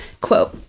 quote